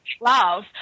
love